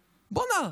בוא'נה.